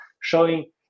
showing